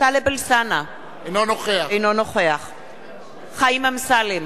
טלב אלסאנע, אינו נוכח חיים אמסלם,